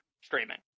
streaming